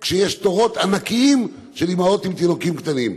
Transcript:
כשיש תורים ענקיים של אימהות עם תינוקות קטנים.